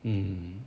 mm